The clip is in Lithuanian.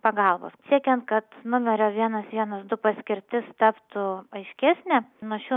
pagalbos siekiant kad numerio vienas vienas du paskirtis taptų aiškesnė nuo šių